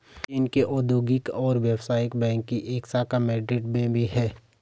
चीन के औद्योगिक और व्यवसायिक बैंक की एक शाखा मैड्रिड में भी है